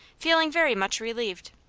feeling very much relieved.